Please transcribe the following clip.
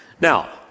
Now